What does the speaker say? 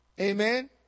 Amen